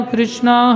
Krishna